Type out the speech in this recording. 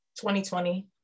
2020